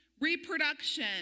reproduction